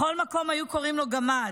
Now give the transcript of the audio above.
בכל מקום היו קוראים לו גמד.